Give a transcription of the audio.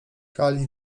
kali